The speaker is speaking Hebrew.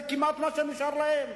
זה כמעט כל מה שנשאר להם.